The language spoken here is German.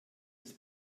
des